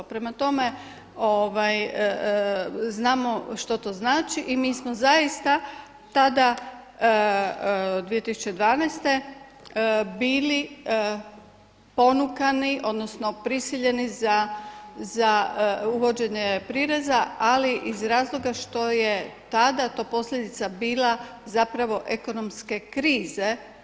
Prema tome, znamo što to znači i mi smo zaista tada 2012. bili ponukani odnosno prisiljeni za uvođenje prireza, ali iz razloga što je tada to posljedica bila zapravo posljedica ekonomske krize.